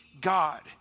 God